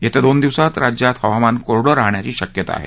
येत्या दोन दिवसात राज्यात हवामान कोरडं राहण्याची शक्यता आहे